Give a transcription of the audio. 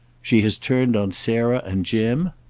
she has turned on sarah and jim?